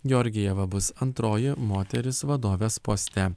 georgieva bus antroji moteris vadovės poste